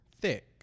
thick